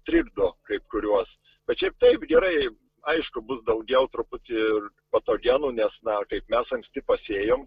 trikdo kai kuriuos bet šiaip taip gerai aišku bus daugiau truputį ir patogenų nes na kaip mes anksti pasėjom